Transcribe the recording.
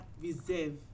Reserve